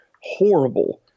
horrible